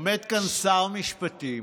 עומד כאן שר משפטים,